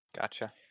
Gotcha